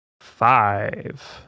five